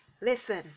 listen